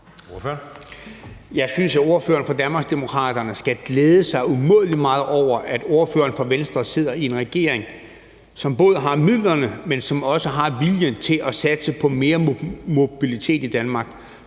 Jeg synes, at ordføreren for Danmarksdemokraterne skal glæde sig umådelig meget over, at ordføreren for Venstre sidder i en regering, som både har midlerne, men som også har viljen til at satse på mere mobilitet i Danmark,